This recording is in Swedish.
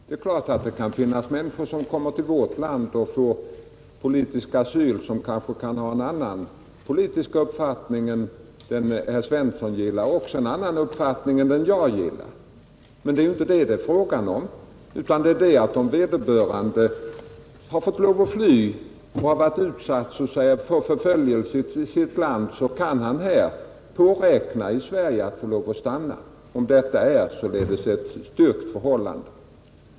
Det är klart att det kan finnas människor som kommer till vårt land och får politisk asyl och som har en annan politisk uppfattning än den herr Svensson gillar och också en annan uppfattning än den jag gillar. Men det är inte detta det är fråga om. Har vederbörande utsatts för förföljelse i sitt hemland och nödgats fly därifrån så kan han, om detta förhållande är styrkt, påräkna att få stanna i Sverige.